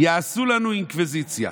יעשו לנו אינקוויזיציה.